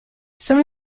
some